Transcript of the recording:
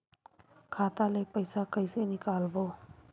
खाता ले पईसा कइसे निकालबो?